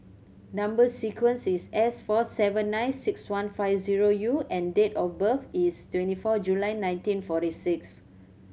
number sequence is S four seven nine six one five zero U and date of birth is twenty four July nineteen forty six